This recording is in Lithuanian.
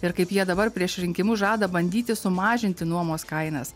ir kaip jie dabar prieš rinkimus žada bandyti sumažinti nuomos kainas